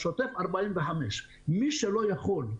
של שוטף 45. מי שלא יכול,